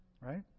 Right